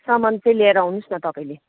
सामान चाहिँ लिएर आउनुहोस् न तपाईँले